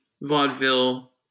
vaudeville